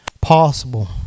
possible